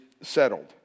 settled